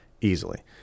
Easily